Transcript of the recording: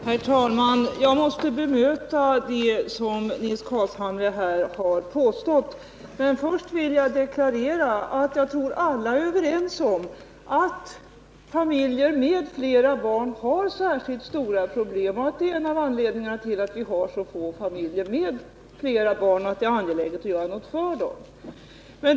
Herr talman! Jag måste bemöta det som Nils Carlshamre här har påstått, men först vill jag deklarera att jag tror att alla är överens om att familjer med många barn har särskilt stora problem och att det är en av anledningarna till att vi har så få flerbarnsfamiljer. Jag tror också att alla är överens om att det är angeläget att göra något för dessa familjer.